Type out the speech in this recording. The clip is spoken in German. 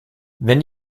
wenn